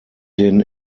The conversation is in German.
den